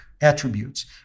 attributes